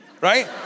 right